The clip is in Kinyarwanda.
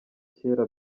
cyera